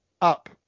up